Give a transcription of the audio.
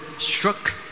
Struck